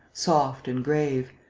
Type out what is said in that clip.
soft and grave,